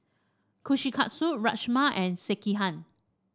Kushikatsu Rajma and Sekihan